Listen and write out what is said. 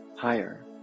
higher